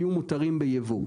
יהיו מותרים בייבוא.